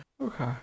Okay